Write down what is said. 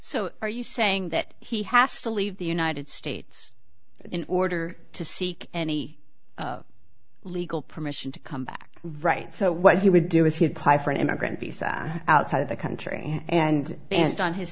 so are you saying that he has to leave the united states in order to seek any legal permission to come back right so what he would do is he applied for an immigrant visa outside of the country and danced on his